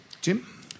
Jim